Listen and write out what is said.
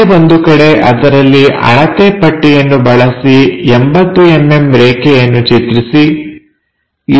ಅಲ್ಲೇ ಒಂದು ಕಡೆ ಅದರಲ್ಲಿ ಅಳತೆ ಪಟ್ಟಿಯನ್ನು ಬಳಸಿ 80mm ರೇಖೆಯನ್ನು ಚಿತ್ರಿಸಿ